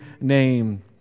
name